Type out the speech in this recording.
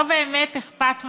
לא באמת אכפת מהשבת,